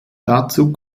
dazu